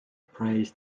prays